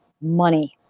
money